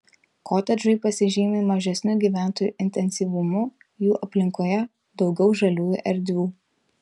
kotedžai pasižymi mažesniu gyventojų intensyvumu jų aplinkoje daugiau žaliųjų erdvių